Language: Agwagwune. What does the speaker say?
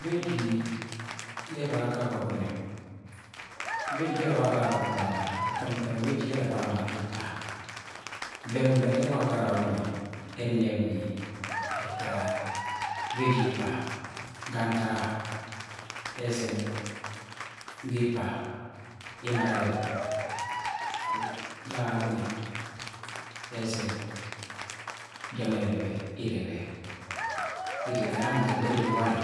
Beji yẹ ẹbaga ga Agwagune beji yẹ ẹrẹ ẹbaga go Agwagune wa ukem ukem ẹ beji yẹ ẹrẹ ẹbaga ma ga ika beng-beng ye ẹbaga ga Agwugune ẹnẹp ni ẹta beji ipa ga ntak a ẹzẹn ga ipa, emo ara arẹrẹb ga Agwagune, ẹzẹn ja mọ ẹrẹrẹbẹ irẹbẹ iri igara mọ ga egbe ẹrimi warẹ